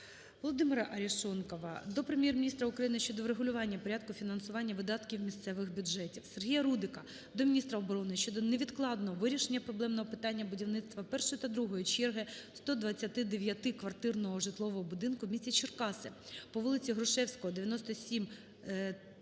ВолодимираАрешонкова до Прем'єр-міністра України щодо врегулювання порядку фінансування видатків місцевих бюджетів. Сергія Рудика до міністра оборони щодо невідкладного вирішення проблемного питання будівництва першої та другої черги 129-квартирного житлового будинку в місті Черкаси по вулиці Грушевського, 97/3